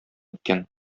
икән